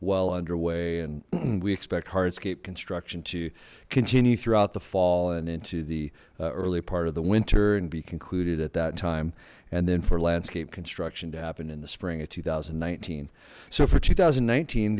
well underway and we expect hard scape construction to continue throughout the fall and into the early part of the winter and be concluded at that time and then for landscape construction to happen in the spring of two thousand and nineteen so for two thousand and nineteen